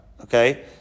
Okay